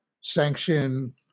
sanction